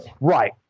Right